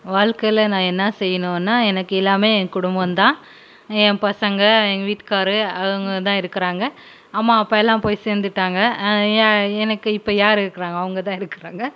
வாழ்க்கையில் நான் என்ன செய்யணும்னா எனக்கு எல்லாமே என் குடும்ப தான் என் பசங்கள் எங் வீட்டுக்காரு அவங்க தான் இருக்குறாங்கள் அம்மா அப்பா எல்லாம் போய் சேர்ந்துட்டாங்க ஏன் எனக்கு இப்போ யார் இருக்கிறாங்க அவங்க தான் இருக்கிறாங்க